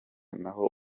naho